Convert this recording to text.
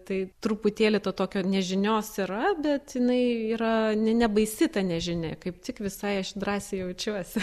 tai truputėlį to tokio nežinios yra bet jinai yra ne nebaisi ta nežinia kaip tik visai aš drąsiai jaučiuosi